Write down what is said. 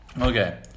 Okay